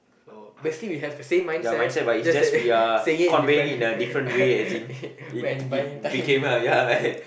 oh basically we have the same mindset just that saying it different when buying time